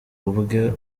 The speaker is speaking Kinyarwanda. ubwe